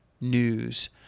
news